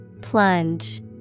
Plunge